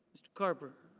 mr. carper.